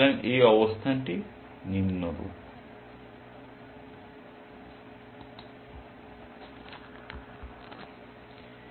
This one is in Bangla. সুতরাং অবস্থানটি নিম্নরূপ